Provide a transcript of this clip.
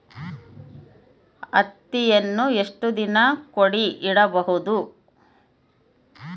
ಹತ್ತಿಯನ್ನು ಎಷ್ಟು ದಿನ ಕೂಡಿ ಇಡಬಹುದು?